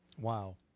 Wow